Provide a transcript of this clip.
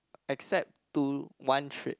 except to one trip